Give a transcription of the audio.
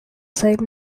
same